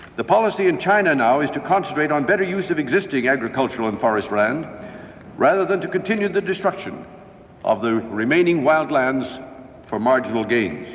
the policy in china now is to concentrate on better use of existing agricultural and forest land rather than to continue the destruction of the remaining wild lands for marginal gains.